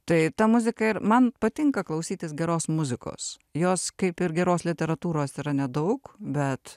tai ta muzika ir man patinka klausytis geros muzikos jos kaip ir geros literatūros yra nedaug bet